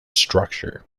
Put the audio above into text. structure